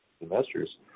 investors